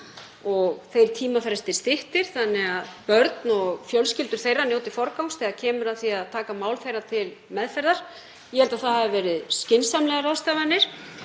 og þeir tímafrestir styttir þannig að börn og fjölskyldur þeirra njóti forgangs þegar kemur að því að taka mál þeirra til meðferðar, hafi verið skynsamlegar ráðstafanir.